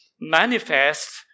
manifest